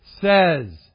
says